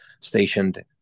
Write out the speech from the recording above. stationed